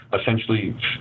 essentially